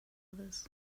others